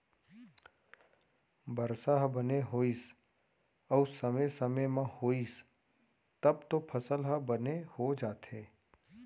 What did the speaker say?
बरसा ह बने होइस अउ समे समे म होइस तब तो फसल ह बने हो जाथे